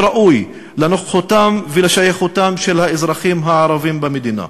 ראוי לנוכחותם ולשייכותם של האזרחים הערבים במדינה,